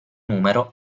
numero